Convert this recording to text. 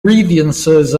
grievances